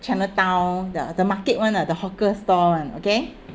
chinatown the the market one lah the hawker store one okay